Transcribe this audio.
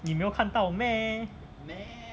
你没有看到 meh